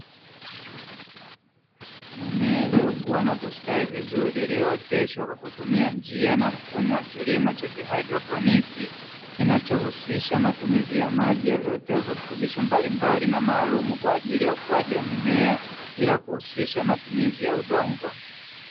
Mimea iliyokua na kustawi vizuri, iliyooteshwa kwa kutumia njia na mfumo wa kilimo cha haidroponi; kinachohusisha matumizi ya maji yaliyotiwa virutubisho mbalimbali na maalumu kwa ajili ya ukuaji wa mimea, bila ya kuhusisha matumizi ya udongo.